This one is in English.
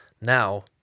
now